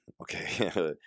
okay